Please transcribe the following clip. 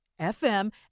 FM